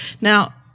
Now